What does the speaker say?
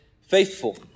faithful